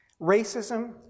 Racism